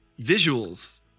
visuals